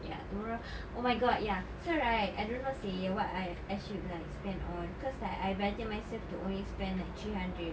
ya tomorrow oh my god ya so right I don't know seh what I I should like spend on cause I budget myself to only spend like three hundred